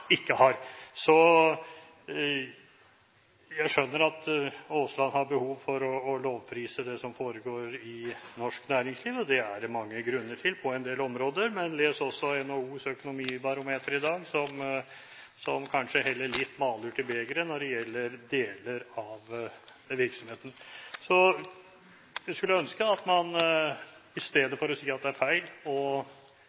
ikke har. Jeg skjønner at Aasland har behov for å lovprise det som foregår i norsk næringsliv – det er det mange grunner til på en del områder – men les også NHOs økonomibarometer i dag som kanskje heller litt malurt i begeret når det gjelder deler av virksomheten. Jeg skulle ønske at man i stedet